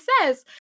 says